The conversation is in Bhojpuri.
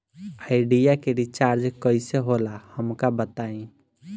आइडिया के रिचार्ज कईसे होला हमका बताई?